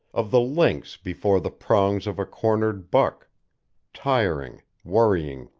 of the lynx before the prongs of a cornered buck tiring, worrying,